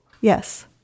yes